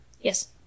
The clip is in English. yes